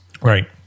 right